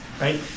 Right